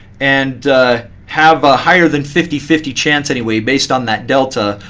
and have a higher than fifty fifty chance, anyway, based on that delta,